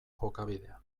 jokabidea